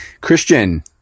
Christian